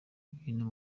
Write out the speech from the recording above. ibintu